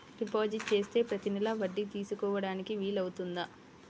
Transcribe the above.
Deposit చేస్తే ప్రతి నెల వడ్డీ తీసుకోవడానికి వీలు అవుతుందా?